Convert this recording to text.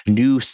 new